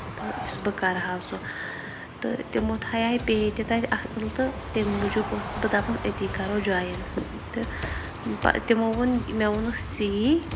تہٕ یُس بہٕ کرٕ ہا سُہ تہٕ تِمو تھیاے پے تہِ تَتہِ اَصٕل تہٕ تَمہِ موٗجوٗب ٲسٕس بہٕ دَپان أتی کَرو جویِن تہٕ تِمو ووٚن مےٚ ووٚنُس یی